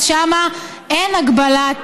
שם אין הגבלת